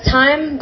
time